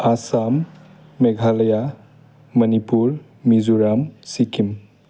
Assam Meghalaya Manipur Mizoram Sikkim